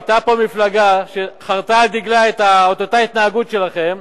היתה פה מפלגה שחרתה על דגלה את אותה התנהגות שלכם,